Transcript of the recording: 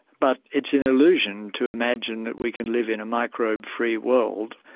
but it's an illusion to imagine that we can live in a microbe-free world.